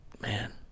Man